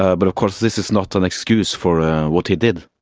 ah but of course this is not an excuse for what he did.